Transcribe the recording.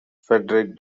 frederick